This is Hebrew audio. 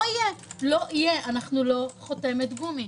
אנחנו לא חותמת גומי.